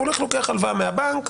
אז הוא הולך ולוקח הלוואה מהבנק.